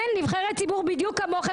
כן, נבחרת ציבור בדיוק כמוכם.